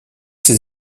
ses